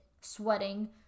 sweating